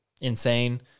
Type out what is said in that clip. insane